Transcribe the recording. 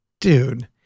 dude